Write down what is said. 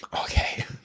Okay